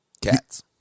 Cats